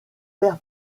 père